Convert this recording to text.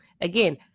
Again